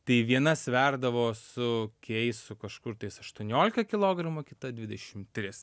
tai viena sverdavo su keisu kažkur tais aštuoniolika kilogramų kita dvidešim tris